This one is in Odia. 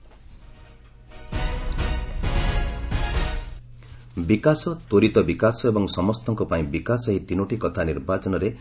ପିଏମ୍ ବିଜେପି ୱାର୍କର୍ସ ବିକାଶ ତ୍ୱରିତ ବିକାଶ ଏବଂ ସମସ୍ତଙ୍କ ପାଇଁ ବିକାଶ ଏହି ତିନୋଟି କଥା ନିର୍ବାଚନରେ